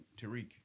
Tariq